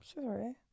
sorry